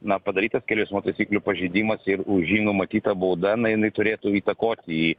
na padarytas kelių eismo taisyklių pažeidimas ir už jį numatyta bauda na jinai turėtų įtakoti